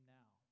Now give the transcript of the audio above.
now